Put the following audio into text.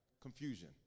confusion